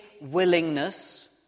willingness